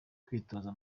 kwitoza